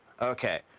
Okay